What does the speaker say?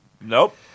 nope